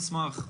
נשמח.